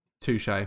Touche